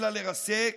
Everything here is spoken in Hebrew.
אלא לרסק